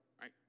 right